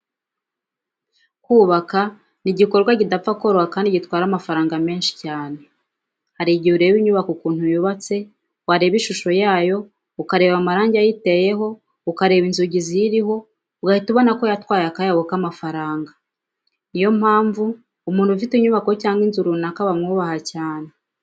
Kubaka ni igikorwa kidapfa koroha kandi gitwara amafaranga menshi cyane. Hari igihe ureba inyubako ukuntu yubatse, wareba ishusho yayo, ukareba amarangi ayiteyeho, ukareba inzugi ziyiriho ugahita ubona ko yatwaye akayabo k'amafaranga. Ni yo mpamvu umuntu ufite inyubako cyangwa inzu runaka bamwubaha cyane.